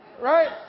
Right